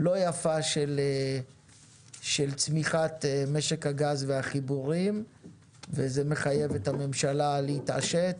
של צמיחת משק הגז והחיבורים וזה מחייב את הממשלה להתעשת